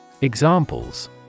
Examples